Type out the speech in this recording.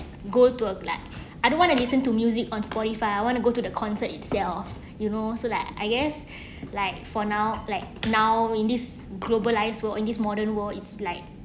go to a glad I don't want to listen to music on spotify I want to go to the concert itself you know so like I guess like for now like now in this globalised world in this modern world it's like